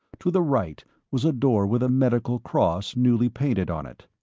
to the right was a door with a medical cross newly painted on it.